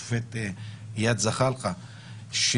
השופט איאד זחאלקה,